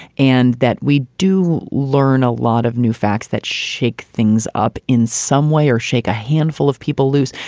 and that we do learn a lot of new facts that shake things up in some way or shake a handful of people loose.